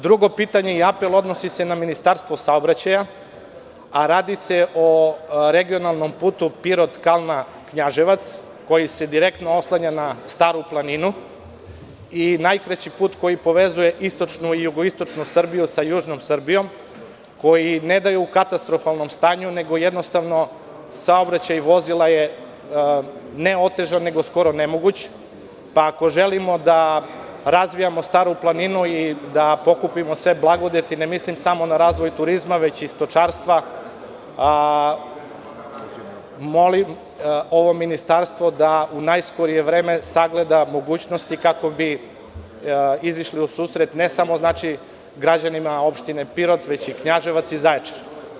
Drugo pitanje i apel odnosi se na Ministarstvo saobraćaja, a radi se o regionalnom putu Pirot-Kalna-Knjaževac, koji se direktno oslanja na Staru Planinu i najkraći put koji povezuje istočnu i jugoistočnu Srbiju sa južnom Srbijom, koji ne da je u katastrofalnom stanju, nego jednostavno saobraćaj vozila je, ne otežan, nego skoro nemoguć, pa ako želimo da razvijamo Staru Planinu i da pokupimo sve blagodeti, ne mislim samo na razvoj turizma nego i stočarstva, molim ovo ministarstvo da u najskorije vreme sagleda mogućnosti kako bi izašli u susret, ne samo građanima Opštine Pirot, već i Knjaževac i Zaječar.